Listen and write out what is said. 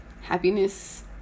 happiness